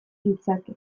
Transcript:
ditzake